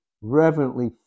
reverently